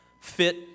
fit